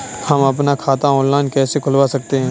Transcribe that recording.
हम अपना खाता ऑनलाइन कैसे खुलवा सकते हैं?